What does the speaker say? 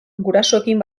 gurasoekin